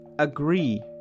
agree